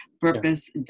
Purpose